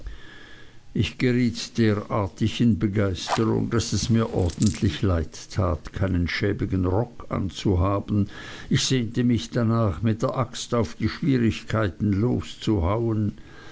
ich geriet derartig in begeisterung daß es mir ordentlich leid tat keinen schäbigen rock anzuhaben ich sehnte mich danach mit der axt auf die schwierigkeiten